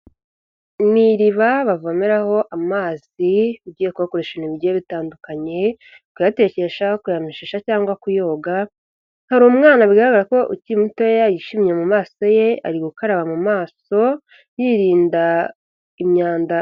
Ni iriba bavomeraho amazi ugiye kuyakoresha ibintu bigiye bitandukanye, kuyatekesha, kuyameshesha cyangwa kuyoga, hari umwana biragaragara ko ukiri muto yishimye mu maso ye, ari gukaraba mu maso yirinda imyanda.